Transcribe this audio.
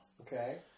Okay